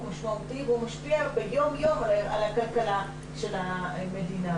הוא משמעותי והוא משפיע ביום-יום על הכלכלה של המדינה.